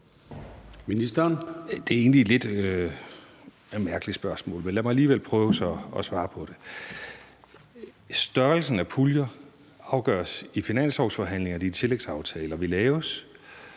Det er egentlig et lidt mærkeligt spørgsmål, men lad mig alligevel prøve at svare på det. Størrelsen af puljer afgøres i finanslovsforhandlingerne i de tillægsaftaler, vi laver.